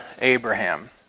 Abraham